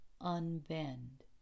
unbend